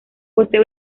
posee